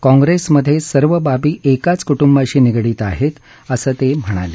काँग्रेसमध्ये सर्वबाबी एकाच कुटुंबाशी निगडीत आहेत असं ते म्हणाले